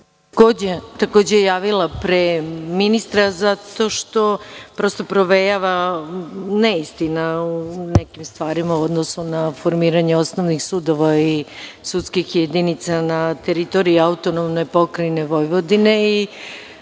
Javila sam se pre ministra, zato što provejava neistina u nekim stvarima u odnosu na formiranje osnovnih sudova i sudskih jedinica na teritoriji AP Vojvodine.